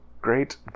great